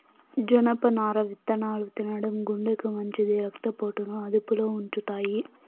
జనపనార విత్తనాలు తినడం గుండెకు మంచిది, రక్త పోటును అదుపులో ఉంచుతాయి